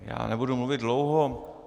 Já nebudu mluvit dlouho.